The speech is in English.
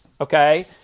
Okay